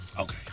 Okay